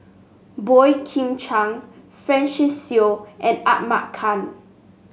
Boey Kim Cheng Francis Seow and Ahmad Khan